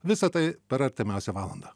visa tai per artimiausią valandą